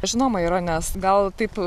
žinoma yra nes gal taip